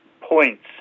points